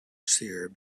cyr